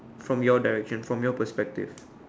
from your direction from your perspective